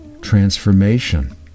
Transformation